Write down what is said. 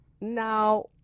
Now